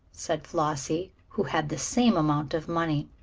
said flossie, who had the same amount of money.